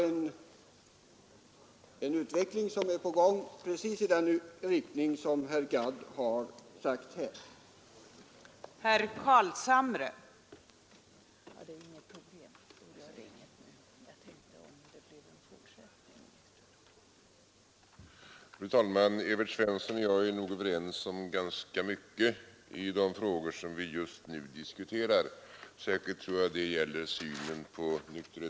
En utveckling är alltså på gång i precis den riktning som herr Gadd har pläderat för.